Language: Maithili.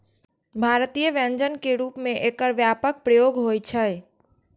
भारतीय व्यंजन के रूप मे एकर व्यापक प्रयोग होइ छै